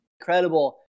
incredible